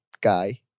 guy